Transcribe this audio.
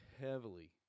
heavily